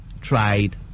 tried